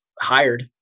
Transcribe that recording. hired